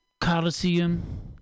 coliseum